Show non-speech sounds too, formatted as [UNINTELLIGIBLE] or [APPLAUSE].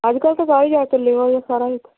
ਅੱਜ ਕੱਲ੍ਹ ਤਾਂ ਵਾਹਲਾ ਰਿਵਾਜ਼ ਚੱਲਿਆ [UNINTELLIGIBLE]